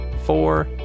four